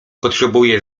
potrzebuje